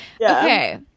Okay